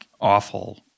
awful